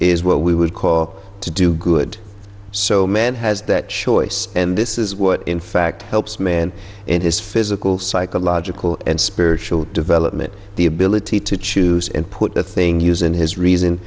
is what we would call to do good so man has that choice and this is what in fact helps men in his physical psychological and spiritual development the ability to choose and put the thing using his reason